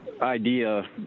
idea